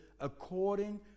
according